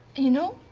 you know,